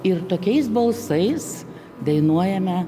ir tokiais balsais dainuojame